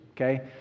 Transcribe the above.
Okay